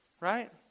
right